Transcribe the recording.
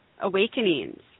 awakenings